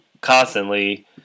constantly